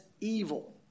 evil